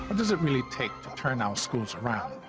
what does it really take to turn our schools around?